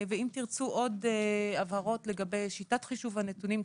אם תרצו עוד הבהרות לגבי שיטת חישוב הנתונים,